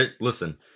Listen